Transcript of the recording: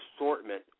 assortment